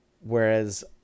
whereas